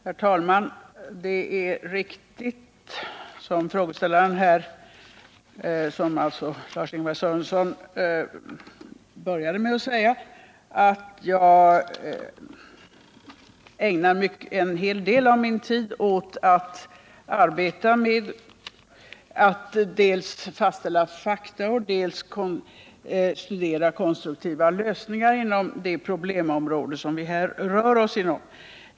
Herr talman! Det är riktigt, som frågeställaren Lars-Ingvar Sörenson började med att säga, att jag ägnar en hel del av min tid åt att dels fastställa fakta, dels studera konstruktiva lösningar inom det problemområde det här gäller.